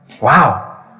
Wow